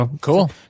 Cool